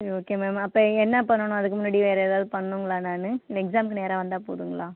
சரி okay ma'am அப்போ என்ன பண்ணனும் அதுக்கு முன்னாடி வேறு ஏதாவது பண்ணனுங்களா நானு இல்லை எக்ஸாம்க்கு நேராக வந்தால் போதுங்களா